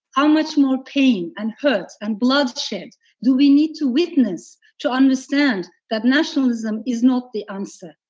how much more pain and hurt and bloodshed do we need to witness to understand that nationalism is not the answer?